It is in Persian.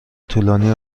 طولانی